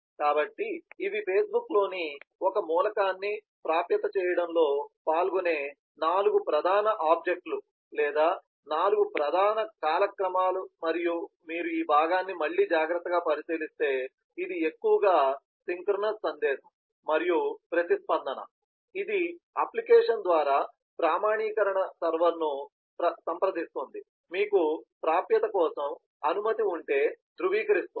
కాబట్టి ఇవి ఫేస్బుక్లోని ఒక మూలకాన్ని ప్రాప్యత చేయడంలో పాల్గొనే నాలుగు ప్రధాన ఆబ్జెక్ట్ లు లేదా నాలుగు ప్రధాన కాలక్రమాలు మరియు మీరు ఈ భాగాన్ని మళ్ళీ జాగ్రత్తగా పరిశీలిస్తే ఇది ఎక్కువగా సింక్రోనస్ సందేశం మరియు ప్రతిస్పందన ఇది అప్లికేషన్ ద్వారా ప్రామాణీకరణ సర్వర్ను సంప్రదిస్తుంది మీకు ప్రాప్యత కోసం అనుమతి ఉంటే ధృవీకరిస్స్తుంది